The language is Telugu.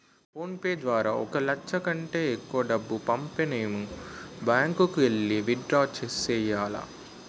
ఫోన్ పే ద్వారా ఒక లచ్చ కంటే ఎక్కువ డబ్బు పంపనేము బ్యాంకుకెల్లి విత్ డ్రా సెయ్యాల